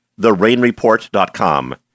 therainreport.com